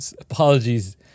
apologies